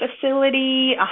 facility